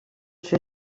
ser